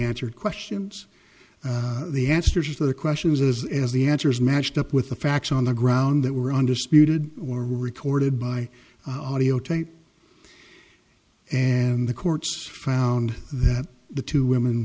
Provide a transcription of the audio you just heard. answered questions the answers to the questions is as the answers matched up with the facts on the ground that were undisputed were recorded by audiotape and the courts found that the two women